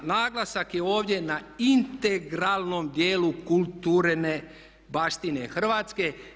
Naglasak je ovdje na integralnom dijelu kulturne baštine Hrvatske.